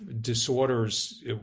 disorders